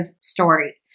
story